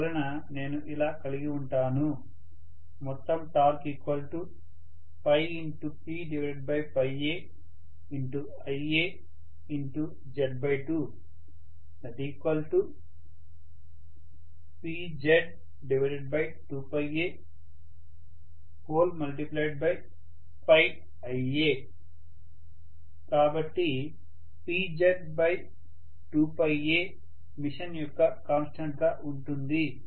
దానివలన నేను ఇలా కలిగి ఉంటాను మొత్తం టార్క్PaIaZ2PZ2aIa కాబట్టిPZ2aమెషిన్ యొక్క కాన్స్టెంట్ గా ఉంటుంది